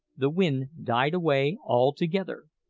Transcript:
the wind died away altogether,